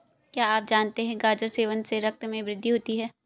क्या आप जानते है गाजर सेवन से रक्त में वृद्धि होती है?